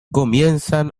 comienzan